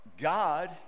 God